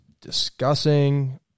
discussing